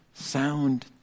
Sound